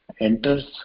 enters